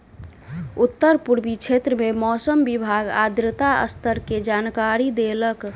उत्तर पूर्वी क्षेत्र में मौसम विभाग आर्द्रता स्तर के जानकारी देलक